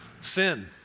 sin